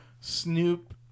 Snoop